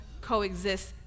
coexist